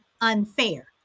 unfair